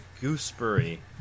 gooseberry